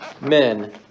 Men